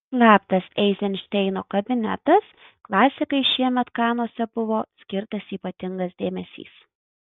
slaptas eizenšteino kabinetas klasikai šiemet kanuose buvo skirtas ypatingas dėmesys